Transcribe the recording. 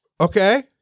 Okay